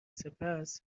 سپس